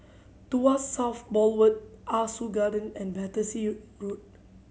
Tuas South Boulevard Ah Soo Garden and Battersea Road